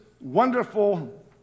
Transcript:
wonderful